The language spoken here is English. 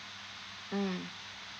mm